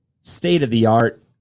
state-of-the-art